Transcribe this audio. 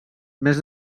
més